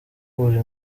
buri